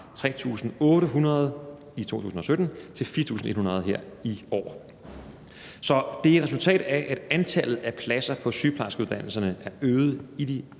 fra 3.800 i 2017 til 4.100 her i år. Det er et resultat af, at antallet af pladser på sygeplejerskeuddannelserne er øget i de